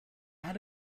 had